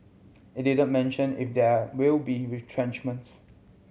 it didn't mention if there will be retrenchments